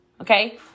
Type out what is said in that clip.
Okay